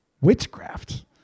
witchcraft